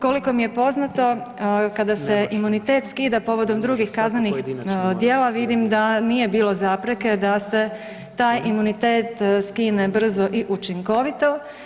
Koliko mi je poznato kada imunitet skida povodom drugih kaznenih djela vidim da nije bilo zapreke da se taj imunitet skine brzo i učinkovito.